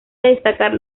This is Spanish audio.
destacar